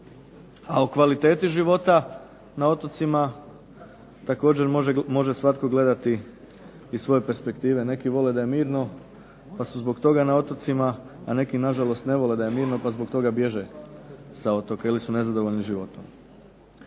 a o kvaliteti života na otocima također može svatko gledati iz svoje perspektive, neki vole da je mirno pa su zbog toga na otocima, a neki na žalost ne vole da je mirno pa zbog toga bježe sa otoka ili su nezadovoljni životom.